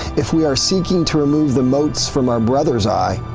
if we are seeking to remove the motes from our brother's eye,